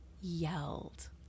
yelled